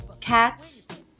cats